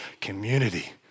Community